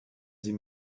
sie